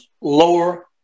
lower